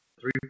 Three